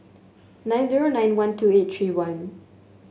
nine zero nine one two eight three one